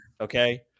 Okay